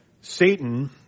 Satan